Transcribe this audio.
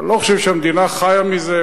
אני לא חושב שהמדינה חיה מזה.